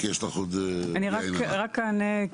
אני רק אענה,